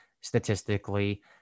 statistically